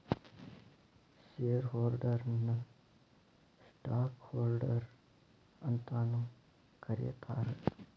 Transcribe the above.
share ಹೋಲ್ಡರ್ನ ನ stock holder ಅಂತಾನೂ ಕರೇತಾರ